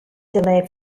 delayed